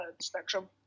spectrum